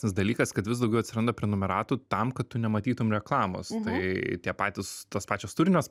tas dalykas kad vis daugiau atsiranda prenumeratų tam kad tu nematytum reklamos tai tie patys tos pačios turinio